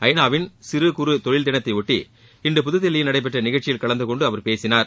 ஐநாவின் சிறு குறு தொழில் தினத்தை ஒட்டி இன்று புதுதில்லியில் நடைபெற்ற நிகழ்ச்சியில் கலந்துகொண்டு அவர் பேசினார்